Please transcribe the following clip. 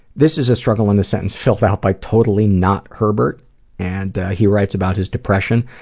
this is a struggle in a sentence filled out by totally not herbert and he writes about his depression,